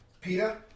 PETA